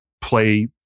play